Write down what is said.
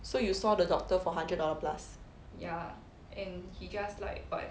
so you saw the doctor four hundred dollar plus